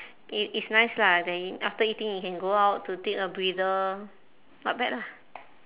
i~ it's nice lah then after eating you can go out to take a breather not bad lah